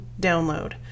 download